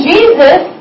Jesus